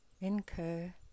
incur